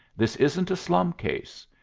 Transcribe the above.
this isn't a slum case.